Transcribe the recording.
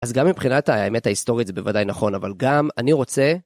אז גם מבחינת האמת ההיסטורית זה בוודאי נכון, אבל גם אני רוצה...